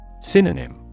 Synonym